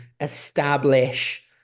establish